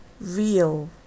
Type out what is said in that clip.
real